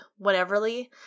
Whateverly